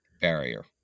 barrier